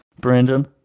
Brandon